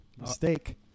Mistake